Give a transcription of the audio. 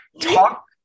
Talk